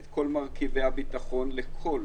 את כל מרכיבי הביטחון לכל